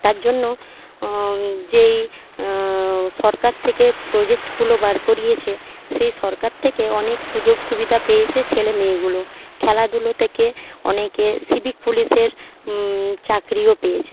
তার জন্য যেই সরকার থেকে প্রোজেক্টগুলো বার করিয়েছে সেই সরকার থেকেও অনেক সুযোগ সুবিধা পেয়েছে ছেলে মেয়েগুলো খেলাধুলো থেকে অনেকে সিভিক পুলিশের চাকরিও পেয়েছে